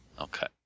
Okay